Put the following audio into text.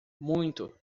muito